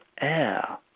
air